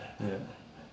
ya